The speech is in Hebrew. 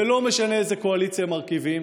ולא משנה איזו קואליציה מרכיבים,